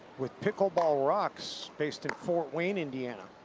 with pickleball rocks based in fort wayne, indiana.